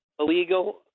Illegal